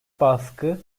baskı